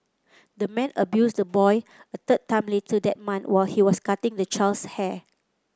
the man abused the boy a third time later that month while he was cutting the child's hair